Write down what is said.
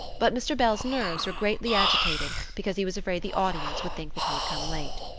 but mr. bell's nerves were greatly agitated because he was afraid the audience would think that he had come late.